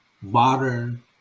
modern